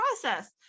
process